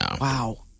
Wow